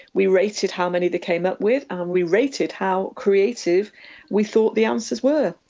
we rated how many they came up with and we rated how creative we thought the answers were,